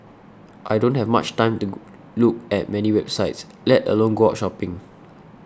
I don't have much time to look at many websites let alone go out shopping